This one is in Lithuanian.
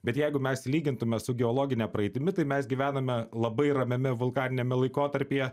bet jeigu mes lygintume su geologine praeitimi tai mes gyvename labai ramiame vulkaniniame laikotarpyje